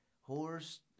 horse